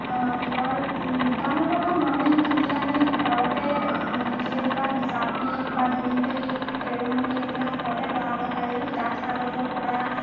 ঘৰ দোকানৰ পৰা মণি কিনি আনি ঘৰতে সেইবিলাক জাপি বা ঢোলবিৰি কেৰুমণি এইবিলাক ঘৰতে বনাব পাৰি ডাঠ কাগজৰ পৰা